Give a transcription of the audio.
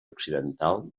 occidental